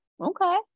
Okay